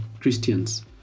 Christians